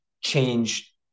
change